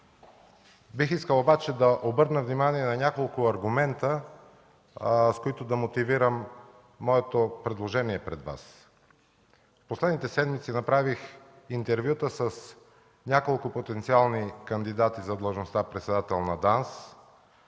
Бих искал обаче да обърна внимание на няколко аргумента, с които да мотивирам предложението си пред Вас. В последните седмици направих интервюта с няколко потенциални кандидати за длъжността председател на ДАНС.